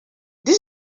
this